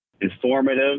informative